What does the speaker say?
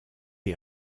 est